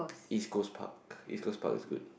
East-Coast-Park East-Coast-Park is good